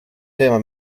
tema